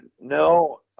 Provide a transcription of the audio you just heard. No